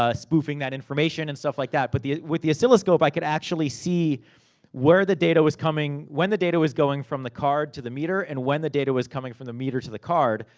ah spoofing that information, and stuff like that. but with the oscilloscope, i could actually see where the data was coming. when the data was going from the card to the meter, and when the data was coming from the meter to the card.